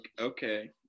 Okay